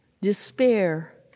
despair